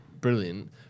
brilliant